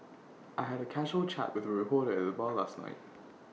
I had A casual chat with A reporter at the bar last night